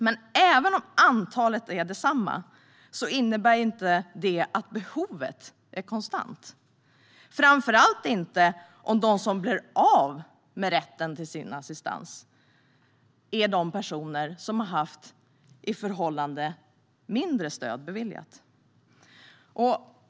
Men även om antalet är detsamma innebär inte det att behovet är konstant, framför allt inte om de som blir av med sin rätt till assistans är de personer som har haft förhållandevis mindre stöd beviljat.